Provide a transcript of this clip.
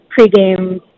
pregame